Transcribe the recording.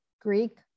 Greek